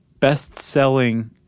Best-selling